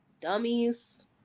Dummies